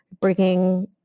bringing